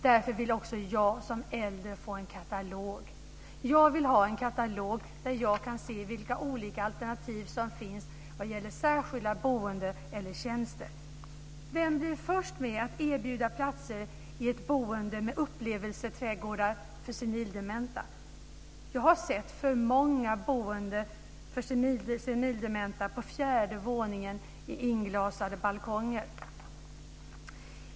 Därför vill också jag som äldre få en katalog där jag kan se vilka olika alternativ som finns vad gäller särskilda boenden eller tjänster. Vem blir först med att erbjuda platser i ett boende med upplevelseträdgårdar för senildementa? Jag har sett för många boenden för senildementa på fjärde våningen med inglasade balkonger.